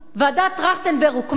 ועדת-טרכטנברג הוקמה,